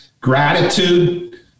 gratitude